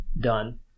done